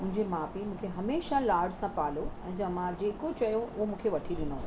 मुंहिंजे माउ पीउ मूंखे हमेशह लाॾ सां पालियो ऐं जे मां जेको चयो उहो मूंखे वठी ॾिनो